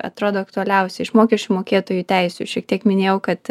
atrodo aktualiausia iš mokesčių mokėtojų teisių šiek tiek minėjau kad